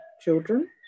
children